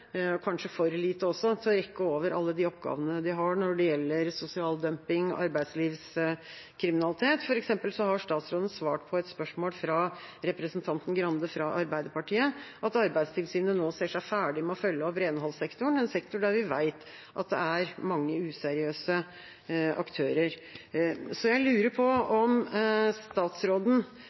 kanskje for lite til å rekke over alle oppgavene de har når det gjelder sosial dumping og arbeidslivskriminalitet. For eksempel har statsråden svart, på et spørsmål fra representanten Grande fra Arbeiderpartiet, at Arbeidstilsynet nå ser seg ferdig med å følge opp renholdssektoren, en sektor der vi vet at det er mange useriøse aktører. Så jeg lurer på om statsråden